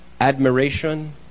admiration